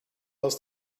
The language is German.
aus